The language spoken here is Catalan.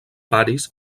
paris